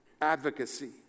advocacy